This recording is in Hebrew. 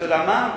אתה יודע מה?